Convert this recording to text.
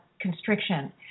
constriction